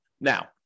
Now